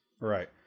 Right